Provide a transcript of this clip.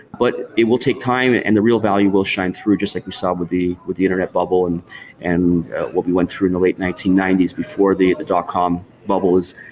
but it will take time and and the real value will shine through just like you saw with the with the internet bubble and and what we went through in the late nineteen ninety s before the the dotcom bubbles.